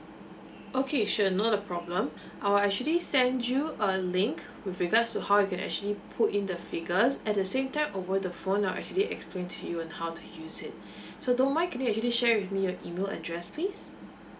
okay sure not a problem I'll actually send you a link with regards to how you can actually put in the figures at the same time over the phone now I'll actually explain to you on how to use it so don't mind can you actually share with me your email address please